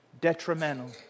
detrimental